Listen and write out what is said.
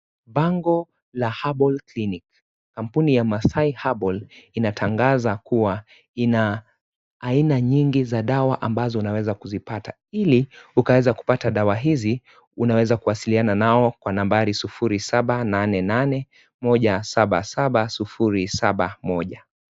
Bango la Herbal clinic, Kampuni ya Maasai Herbal inatangaza kuwa ina aina nyingi za dawa ambazo unaweza kuzipata. Ili, ukaweza kupata dawa hizi, unaweza kuwasiliana nao kwa nambari 0788177071.